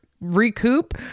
recoup